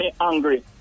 angry